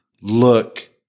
look